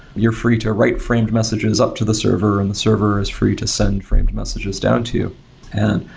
you're free to write framed messages up to the server and the server is free to send framed messages down to you. and